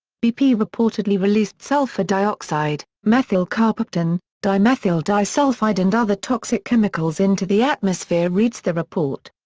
bp reportedly released sulfur dioxide, methyl carpaptan, dimethyl disulfide and other toxic chemicals into the atmosphere reads the report.